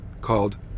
called